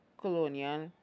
colonial